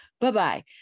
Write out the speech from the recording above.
Bye-bye